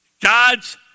God's